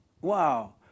Wow